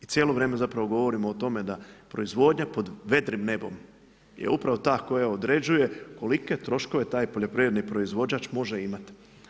I cijelo vrijeme zapravo govorimo o tome da proizvodnja pod vedrim nebom je upravo ta koja određuje kolike troškove taj poljoprivredni proizvođač može imati.